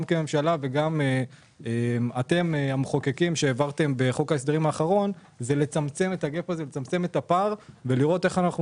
כממשלה וכמחוקקים לצמצם את הפער ולראות איך אנחנו